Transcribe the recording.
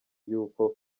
yuko